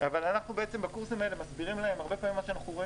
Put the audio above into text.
אבל בקורסים האלה אנחנו מסבירים להם הרבה פעמים מה שאנחנו רואים